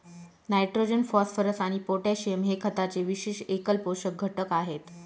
nitrogen, phosphorus आणि potassium हे खताचे विशेष एकल पोषक घटक आहेत